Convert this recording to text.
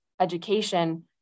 education